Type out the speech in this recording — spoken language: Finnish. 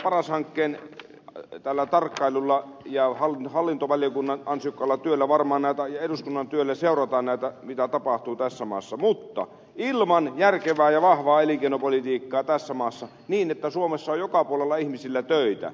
paras hankkeen tarkkailulla ja hallintovaliokunnan ja eduskunnan ansiokkaalla työllä seurataan mitä tapahtuu tässä maassa mutta ilman järkevää ja vahvaa elinkeinopolitiikkaa ei suomessa ole joka puolella ihmisillä töitä